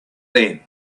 then